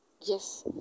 yes